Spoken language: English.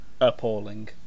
appalling